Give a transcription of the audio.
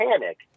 panic